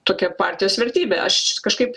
tokia partijos vertybė aš kažkaip